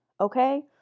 Okay